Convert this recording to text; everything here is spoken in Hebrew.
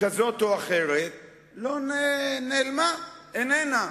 כזאת או אחרת ונעלמה, איננה.